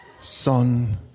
Son